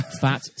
Fat